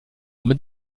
mit